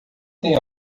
tem